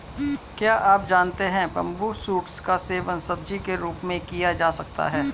क्या आप जानते है बम्बू शूट्स का सेवन सब्जी के रूप में किया जा सकता है?